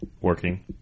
working